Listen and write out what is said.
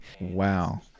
Wow